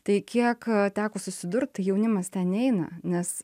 tai kiek teko susidurt tai jaunimas ten neina nes